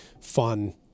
fun